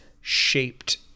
shaped